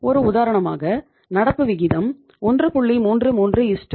ஒரு உதாரணமாக நடப்பு விகிதம் 1